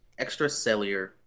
extracellular